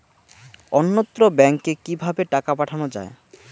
অন্যত্র ব্যংকে কিভাবে টাকা পাঠানো য়ায়?